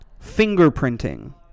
Fingerprinting